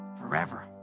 forever